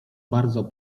bardzo